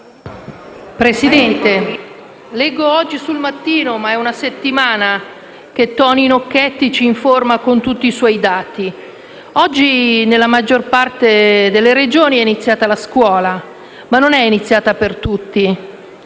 Presidente, leggo oggi su «Il Mattino» (ma è una settimana che Toni Nocchetti ci informa con tutti i suoi dati), che nella maggior parte delle Regioni è iniziata la scuola. Ma non è iniziata per tutti,